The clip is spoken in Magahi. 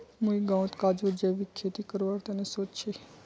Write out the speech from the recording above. मुई गांउत काजूर जैविक खेती करवार तने सोच छि